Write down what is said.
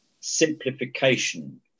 simplification